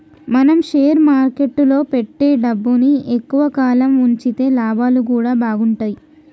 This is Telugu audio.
మనం షేర్ మార్కెట్టులో పెట్టే డబ్బుని ఎక్కువ కాలం వుంచితే లాభాలు గూడా బాగుంటయ్